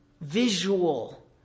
visual